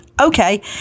okay